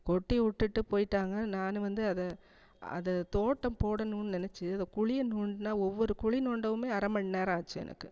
கொட்டி விட்டுட்டு போயிவிட்டாங்க நானும் வந்து அதை அதை தோட்டம் போடணுன்னு நினைச்சி அதை குழிய நோண்டுனா ஒவ்வொரு குழிநோண்டவுமே அரைமண்நேரம் ஆச்சு எனக்கு